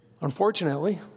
Unfortunately